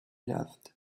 loved